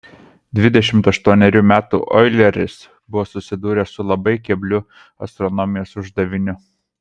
dvidešimt aštuonerių metų oileris buvo susidūręs su labai kebliu astronomijos uždaviniu